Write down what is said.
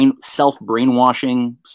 self-brainwashing